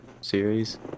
series